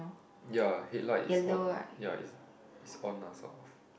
ya headlight is on ya it's it's on lah sort of